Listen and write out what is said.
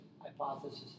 hypothesis